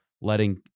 letting